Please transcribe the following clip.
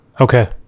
Okay